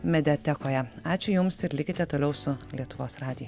mediatekoje ačiū jums ir likite toliau su lietuvos radiju